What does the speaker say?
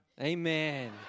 Amen